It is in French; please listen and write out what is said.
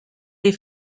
les